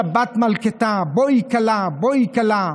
שבת מלכתא, בואי כלה, בואי כלה.